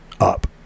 up